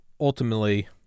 ultimately